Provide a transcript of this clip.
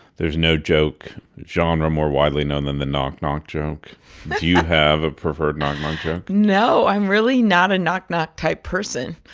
there's no joke genre more widely known than the knock-knock joke do you have a preferred knock-knock joke? no, i'm really not a knock-knock type person.